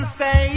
say